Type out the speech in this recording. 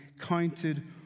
counted